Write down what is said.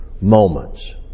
moments